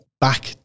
back